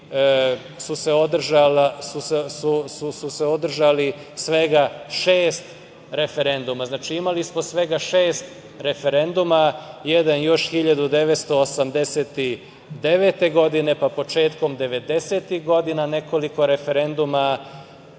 Srbiji održalo svega šest referenduma. Znači, imali smo svega šest referenduma, jedan još 1989. godine, pa početkom devedesetih godina nekoliko referenduma